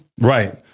Right